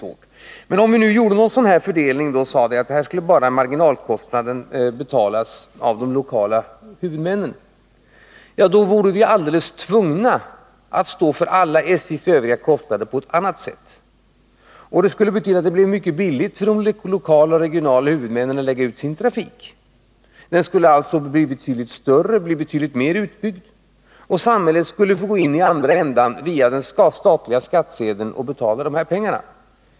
Om vi gjorde en fördelning och sade att bara marginalkostnaden skulle betalas av de lokala huvudmännen, vore vi Nr 112 tvungna att stå för SJ:s övriga kostnader på ett annat sätt. Detta skulle betyda Måndagen den att det skulle bli mycket billigt för de lokala och regionala huvudmännen att 6 april 1981 lägga ut sin trafik. Den skulle alltså bli betydligt större och mycket mer utbyggd. Staten skulle sedan få gå in i andra ändan och via den statliga Om den regionala skattsedeln betala de här pengarna.